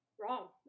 wrong